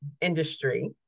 industry